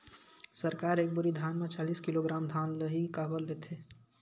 सरकार एक बोरी धान म चालीस किलोग्राम धान ल ही काबर लेथे?